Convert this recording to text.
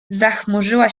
zachmurzyła